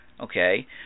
Okay